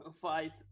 fight